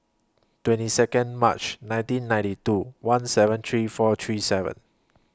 twenty Second March nineteen ninety two one seven three four three seven